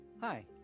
hi